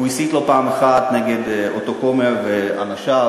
הוא הסית לא פעם אחת נגד אותו כומר ואנשיו,